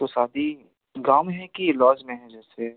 तो शादी गाँव में है कि लॉज में है जैसे